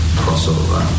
crossover